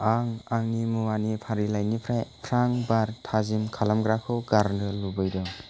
आं आंनि मुवानि फारिलाइनिफ्राय प्रां बार थाजिम खालामग्राखौ गारनो लुबैदों